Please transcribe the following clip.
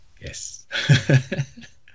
yes